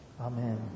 Amen